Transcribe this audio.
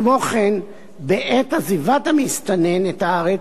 כמו כן, בעת עזיבת המסתנן את הארץ,